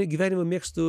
gyvenime mėgstu